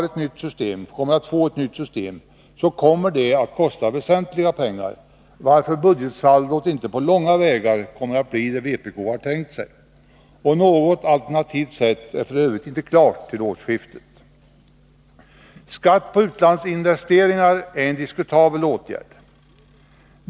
Ett sådant nytt system kommer att kosta mycket pengar, varför budgetsaldot inte på långa vägar kommer att bli det som vpk har tänkt sig. Något alternativt sätt är f. ö. inte klart till årsskiftet. Skatt på utlandsinvesteringar är en diskutabel åtgärd.